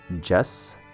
jess